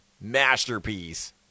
Masterpiece